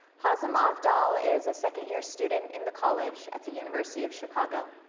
hazim avdal is a second year student in the college at the university of chicago.